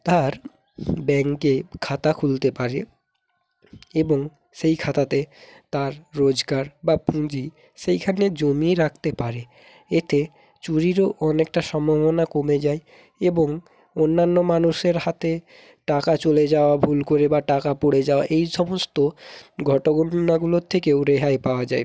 তার ব্যাঙ্কে খাতা খুলতে পারে এবং সেই খাতাতে তার রোজগার বা পুঁজি সেইখানে জমিয়ে রাখতে পারে এতে চুরিরও অনেকটা সম্ভাবনা কমে যায় এবং অন্যান্য মানুষের হাতে টাকা চলে যাওয়া ভুল করে বা টাকা পড়ে যাওয়া এই সমস্ত ঘটনাগুলোর থেকেও রেহাই পাওয়া যায়